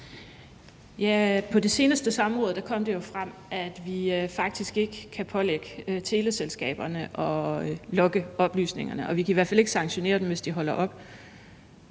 På det seneste samråd kom det jo frem, at vi faktisk ikke kan pålægge teleselskaberne at logge oplysningerne, og vi kan i hvert fald ikke sanktionere dem, hvis de holder op.